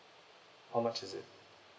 how much is it